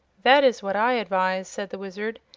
that is what i advise, said the wizard.